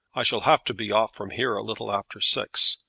i shall have to be off from here a little after six,